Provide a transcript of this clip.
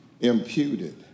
imputed